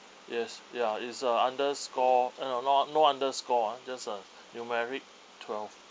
yes ya is uh under score uh not no under score ah just a numeric twelve